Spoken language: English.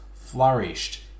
flourished